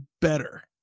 better